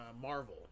Marvel